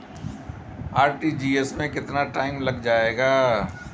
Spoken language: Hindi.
आर.टी.जी.एस में कितना टाइम लग जाएगा?